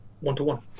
one-to-one